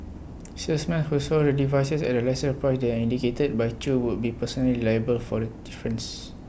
salesmen who sold the devices at A lesser price than indicated by chew would be personally liable for the difference